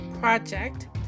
Project